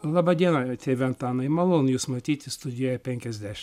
laba diena tėve antanai malonu jus matyti studijoje penkiasdešim